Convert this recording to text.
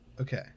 okay